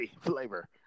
flavor